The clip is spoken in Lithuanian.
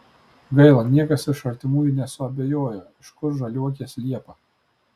gaila niekas iš artimųjų nesuabejojo iš kur žaliuokės liepą